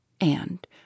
And